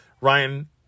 Ryan